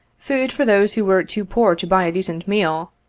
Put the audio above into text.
food for those who were too poor to buy a decent meal,